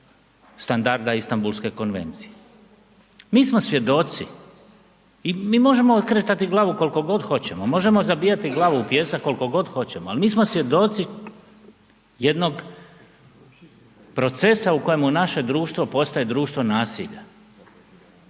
standarda Istanbulske konvencije. Mi smo svjedoci i mi možemo okretati glavu koliko god hoćemo, možemo zabijati glavu u pjesak koliko god hoćemo ali mi smo svjedoci jednog procesa u kojemu naše društvo postaje društvo nasilja.